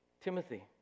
Timothy